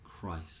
Christ